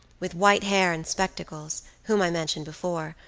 with white hair and spectacles, whom i mentioned before,